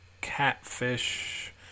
catfish